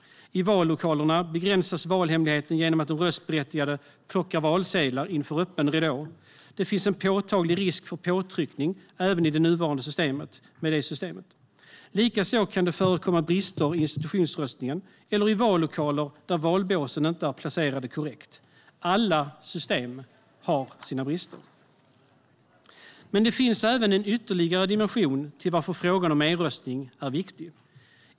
I vallokalerna begränsas valhemligheten genom att de röstberättigade plockar valsedlar inför öppen ridå. Det finns en påtaglig risk för påtryckning även i det nuvarande systemet. Likaså kan det förekomma brister i institutionsröstningen eller i vallokaler där valbåsen inte är placerade korrekt. Alla system har sina brister. Men det finns även en ytterligare dimension på varför frågan om eröstning är viktig.